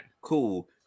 Cool